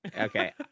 Okay